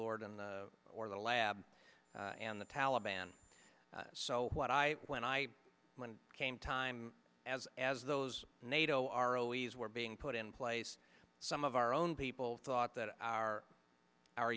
lord and or the lab and the taliban so what i when i when i came time as as those nato are always were being put in place some of our own people thought that our our